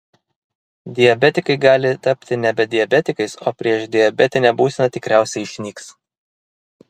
diabetikai gali tapti nebe diabetikais o priešdiabetinė būsena tikriausiai išnyks